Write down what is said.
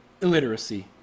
illiteracy